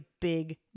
big